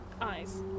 eyes